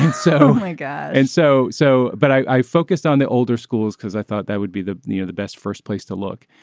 so my god and so so but i focused on the older schools because i thought that would be the new or the best first place to look.